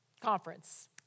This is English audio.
conference